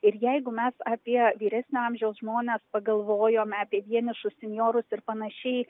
ir jeigu mes apie vyresnio amžiaus žmones pagalvojome apie vienišus senjorus ir panašiai